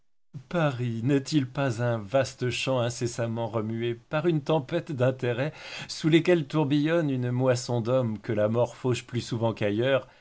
paris n'est-il pas un vaste champ incessamment remué par une tempête d'intérêts sous laquelle tourbillonne une moisson d'hommes que la mort fauche plus souvent qu'ailleurs